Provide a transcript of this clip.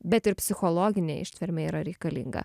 bet ir psichologinė ištvermė yra reikalinga